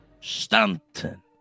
Stanton